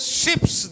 ships